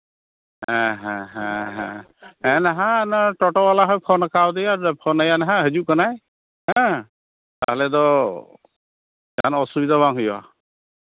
ᱦᱮᱸ ᱦᱮᱸ ᱦᱮᱸ ᱦᱮᱸ ᱱᱟᱦᱟᱜ ᱴᱳᱴᱳ ᱵᱟᱞᱟ ᱦᱚᱸ ᱯᱷᱳᱱ ᱠᱟᱣᱫᱮᱭᱟ ᱯᱷᱳᱱ ᱟᱭᱟ ᱱᱟᱦᱟᱜ ᱦᱤᱡᱩᱜ ᱠᱟᱱᱟᱭ ᱦᱮᱸ ᱟᱞᱮ ᱫᱚ ᱡᱟᱦᱟᱱᱟᱜ ᱚᱥᱩᱵᱤᱫᱷᱟ ᱵᱟᱝ ᱦᱩᱭᱩᱜᱼᱟ